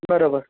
बरोबर